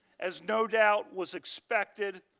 as no doubt was expected,